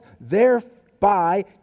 thereby